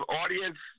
audience